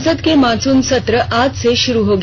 संसद का मॉनसून सत्र आज से शुरू हो गया